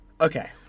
Okay